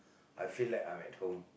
I feel like I'm at home